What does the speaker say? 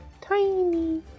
Tiny